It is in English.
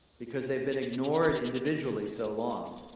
because they've been ignored individually so long.